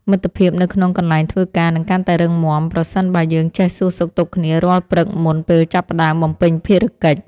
មិត្តភាពនៅក្នុងកន្លែងធ្វើការនឹងកាន់តែរឹងមាំប្រសិនបើយើងចេះសួរសុខទុក្ខគ្នារាល់ព្រឹកមុនពេលចាប់ផ្តើមបំពេញភារកិច្ច។